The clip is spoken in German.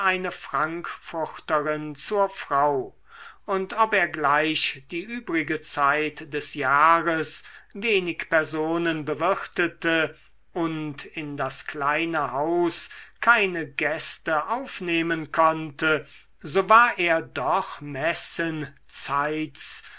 frankfurterin zur frau und ob er gleich die übrige zeit des jahres wenig personen bewirtete und in das kleine haus keine gäste aufnehmen konnte so war er doch